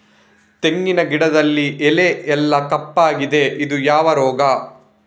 ತೆಂಗಿನ ಗಿಡದಲ್ಲಿ ಎಲೆ ಎಲ್ಲಾ ಕಪ್ಪಾಗಿದೆ ಇದು ಯಾವ ರೋಗ?